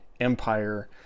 empire